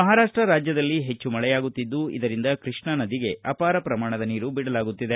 ಮಹಾರಾಷ್ಲ ರಾಜ್ಯದಲ್ಲಿ ಹೆಚ್ಚು ಮಳೆಯಾಗುತ್ತಿದ್ದು ಇದರಿಂದ ಕೃ ್ಞಾ ನದಿಗೆ ಅಪಾರ ಪ್ರಮಾಣದ ನೀರು ಬಿಡಲಾಗುತ್ತಿದೆ